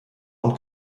und